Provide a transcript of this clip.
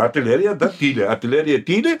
artilerija tyli artilerija tyli